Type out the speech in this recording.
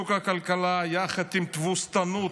הכלכלה יחד עם תבוסתנות.